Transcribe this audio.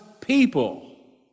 people